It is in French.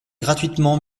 gratuitement